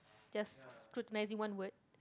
just scrutinizing one word